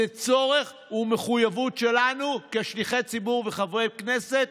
זה צורך ומחויבות שלנו כשליחי ציבור וחברי כנסת.